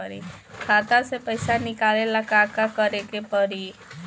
खाता से पैसा निकाले ला का का करे के पड़ी?